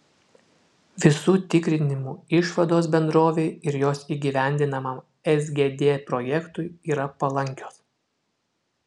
visų tikrinimų išvados bendrovei ir jos įgyvendinamam sgd projektui yra palankios